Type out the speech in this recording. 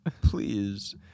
Please